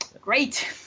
great